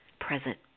present